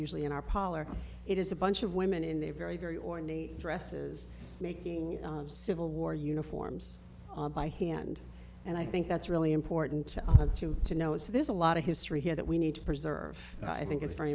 usually in our politics it is a bunch of women in a very very ornate dresses making civil war uniforms by hand and i think that's really important to to know is there's a lot of history here that we need to preserve i think it's very